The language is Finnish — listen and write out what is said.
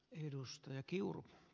arvoisa puhemies